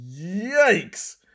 yikes